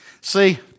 See